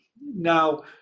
Now